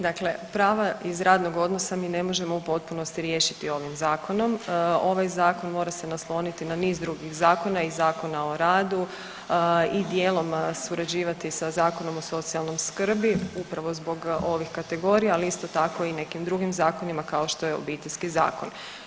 Dakle prava iz radnog odnosa mi ne možemo u potpunosti riješiti ovim zakonom, ovaj zakon mora se nasloniti na niz drugih zakona i Zakona o radu i dijelom surađivati sa Zakonom o socijalnoj skrbi upravo zbog ovih kategorija, ali isto tako i nekim drugim zakonima kao što je Obiteljski zakon.